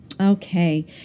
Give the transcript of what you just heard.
Okay